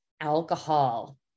alcohol